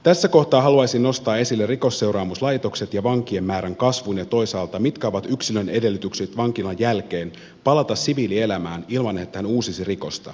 tässä kohtaa haluaisin nostaa esille rikosseuraamuslaitokset ja vankien määrän kasvun ja toisaalta sen mitkä ovat yksilön edellytykset vankilan jälkeen palata siviilielämään ilman että hän uusisi rikosta